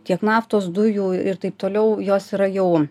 tiek naftos dujų ir taip toliau jos yra jau